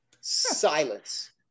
Silence